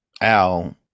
Al